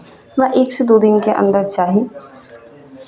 हमरा एकसँ दू दिनके अन्दर चाही